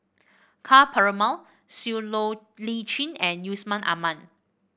Ka Perumal Siow Low Lee Chin and Yusman Aman